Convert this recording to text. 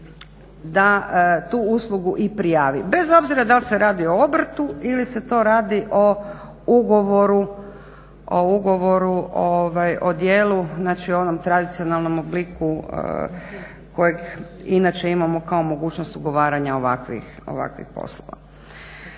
da tu uslugu i prijavi, bez obzira da li se radi o obrtu ili se to radi o ugovoru o djelu, znači onom tradicionalnom obliku kojeg inače imamo kao mogućnost ugovaranja ovakvih poslova.